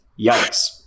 Yikes